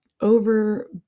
over